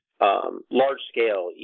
large-scale